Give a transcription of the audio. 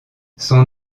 son